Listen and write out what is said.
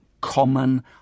common